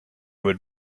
would